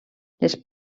les